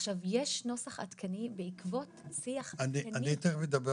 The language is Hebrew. יש נוסח עדכני בעקבות שיח עדכני --- אני תיכף אדבר